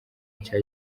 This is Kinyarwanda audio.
nshya